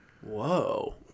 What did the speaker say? Whoa